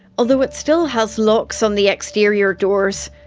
although it still has locks on the exterior doors.